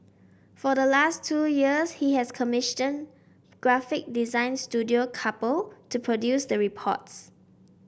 for the last two years he has commission graphic design Studio Couple to produce the reports